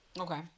okay